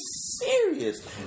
serious